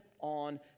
on